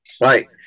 right